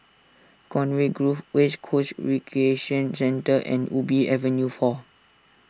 Conway Grove West Coast Recreation Centre and Ubi Avenue four